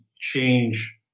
change